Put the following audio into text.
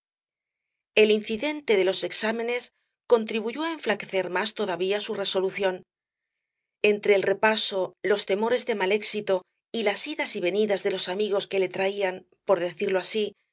el incidente de los exámenes contribuyó á enflaquecer más todavía su resolución entre el repaso los temores del mal éxito y las idas y venidas de los amigos que le traían por decirlo así